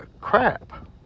crap